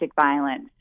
violence